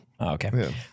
Okay